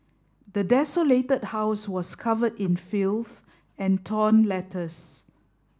the desolated house was covered in filth and torn letters